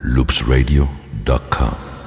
loopsradio.com